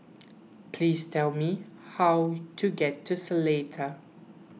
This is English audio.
please tell me how to get to Seletar